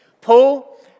Paul